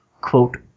quote